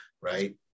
Right